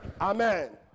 Amen